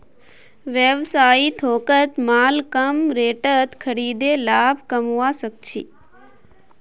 व्यवसायी थोकत माल कम रेटत खरीदे लाभ कमवा सक छी